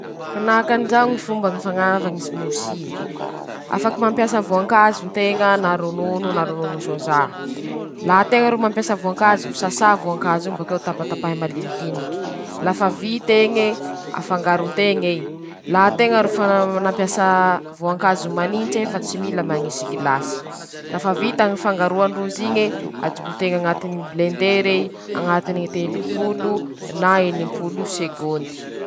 Manao anizao ñy fomba fanasan-teña ñy lafonety halio soa :-Alan-teña ñy siky, malio soa tsy niasa maike, asia vinaigra, vit'eñe, ozà aminy iñy lafonety iñe, la malio soa ey laha bakeo, lafa vitanao oza aminy ñy siky malio nisy vinaigra eñy, alàn-teña koa ñy siky maliombo tsy niasa amafà ñazy soa la bakeo la mipiriapiriaky soa ñy la.